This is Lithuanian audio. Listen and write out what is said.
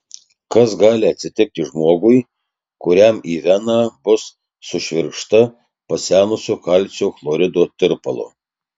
kas gali atsitikti žmogui kuriam į veną bus sušvirkšta pasenusio kalcio chlorido tirpalo